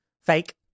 fake